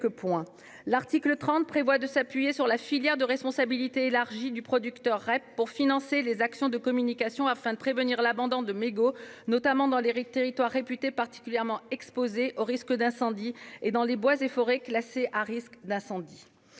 L'article 30 prévoit de s'appuyer sur la filière de responsabilité élargie du producteur, la REP, pour financer des actions de communication afin de prévenir l'abandon de mégots, notamment dans les territoires réputés particulièrement exposés aux risques d'incendie et dans les bois et forêts classés à risque d'incendie.